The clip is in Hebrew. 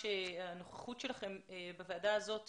הנוכחות שלכם ושלך בוועדה הזאת